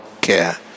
care